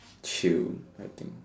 chill I think